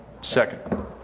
Second